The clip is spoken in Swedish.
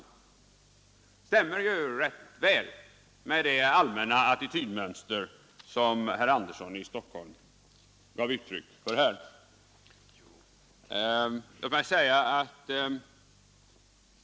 Det stämmer ju rätt väl med det allmänna attitydmönster som herr Sten Andersson i Stockholm gav uttryck för här.